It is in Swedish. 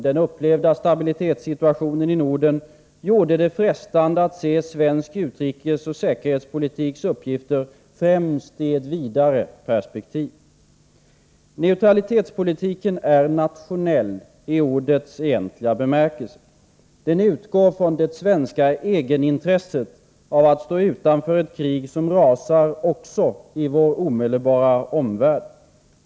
Den upplevda stabilitetssituationen i Norden gjorde det frestande att se svensk utrikesoch säkerhetspolitiks uppgifter främst i vidare perspektiv. Neutralitetspolitiken är nationell i ordets egentliga bemärkelse. Den utgår från det svenska egenintresset av att stå utanför ett krig som rasar också i vår omvärld.